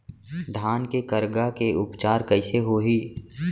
धान के करगा के उपचार कइसे होही?